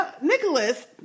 Nicholas